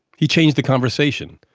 he changed the conversation.